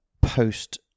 post